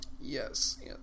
Yes